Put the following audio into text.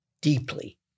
deeply